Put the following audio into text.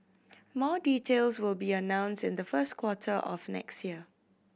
more details will be announced in the first quarter of next year